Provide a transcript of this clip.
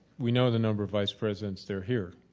we know the number of vice presidents that are here,